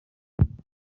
cy’indege